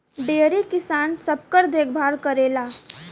dairy किसान सबकर देखभाल करेला